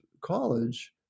college